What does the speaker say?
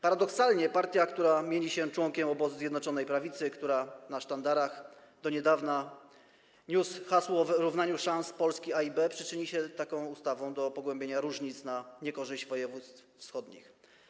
Paradoksalnie partia, która mieni się członkiem obozu Zjednoczonej Prawicy, która na sztandarach do niedawna niosła hasło o wyrównywaniu szans Polski A i B, przyczyni się tą ustawą do pogłębienia różnic, na niekorzyść województw wschodnich.